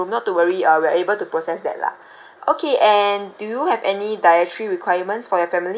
to worry uh we are able to process that lah okay and do you have any dietary requirements for your family